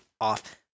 off